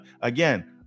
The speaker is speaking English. again